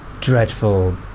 dreadful